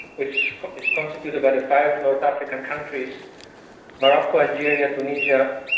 which is constituted by the five north african countries morocco, algeria, tunisia,